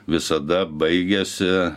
visada baigiasi